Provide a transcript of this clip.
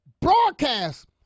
Broadcast